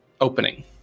opening